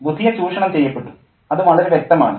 ബുധിയ ചൂഷണം ചെയ്യപ്പെട്ടു അത് വളരെ വ്യക്തമാണ്